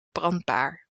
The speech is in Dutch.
brandbaar